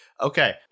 Okay